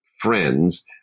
friends